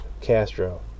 Castro